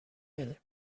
ell